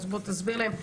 בוא תסביר להם.